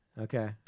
Okay